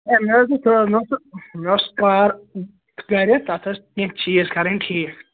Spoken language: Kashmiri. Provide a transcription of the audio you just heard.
ہے مےٚ حظ اوس تھوڑا مےٚ اوس مےٚ ٲسۍ کار گَرِ تتھ ٲسۍ کیٚنٛہہ چیٖز کَرٕنۍ ٹھیٖک